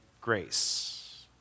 grace